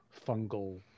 fungal